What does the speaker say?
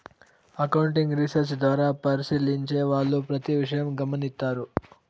accounting research ద్వారా పరిశీలించే వాళ్ళు ప్రతి విషయం గమనిత్తారు